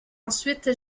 ensuite